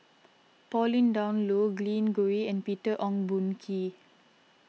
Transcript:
Pauline Dawn Loh Glen Goei and Peter Ong Boon Kwee